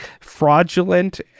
fraudulent